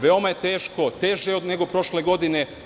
Veoma je teško, teže je nego prošle godine.